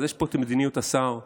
אז יש פה מדיניות השר אוחנה,